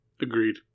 Agreed